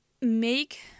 make